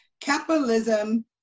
Capitalism